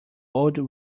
old